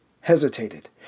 hesitated